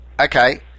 okay